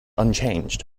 unchanged